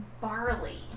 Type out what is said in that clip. Barley